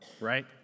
Right